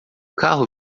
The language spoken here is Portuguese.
carro